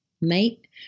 Mate